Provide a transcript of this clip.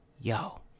yo